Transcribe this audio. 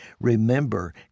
remember